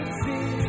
see